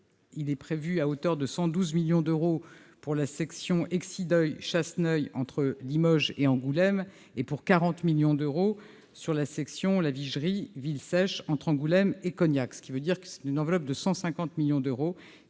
est financé à hauteur de 112 millions d'euros pour la section Exideuil-Chasseneuil, entre Limoges et Angoulême, et de 40 millions d'euros pour la section La Vigerie-Villesèche, entre Angoulême et Cognac. Le contrat de plan prévoit donc une enveloppe de 150 millions d'euros